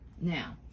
Now